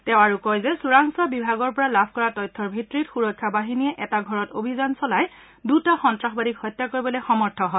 তেওঁ কয় যে চোৰাংচোৱা বিভাগৰ পৰা লাভ কৰা তথ্যৰ ভিত্তিত সুৰক্ষা বাহিনীয়ে এটা ঘৰত অভিযান চলাই দুটা সন্তাসবাদীক হত্যা কৰিবলৈ সমৰ্থ হয়